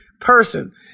person